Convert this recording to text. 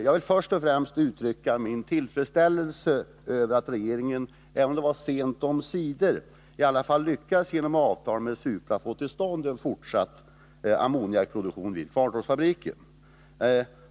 Jag vill först och främst uttrycka min tillfredsställelse över att regeringen — även om det skedde sent omsider — lyckades genom avtal med Supra få till stånd en fortsatt ammoniakproduktion vid Kvarntorpsfabriken.